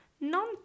non